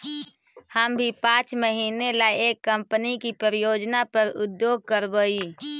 हम भी पाँच महीने ला एक कंपनी की परियोजना पर उद्योग करवई